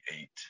eight